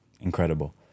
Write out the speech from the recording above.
incredible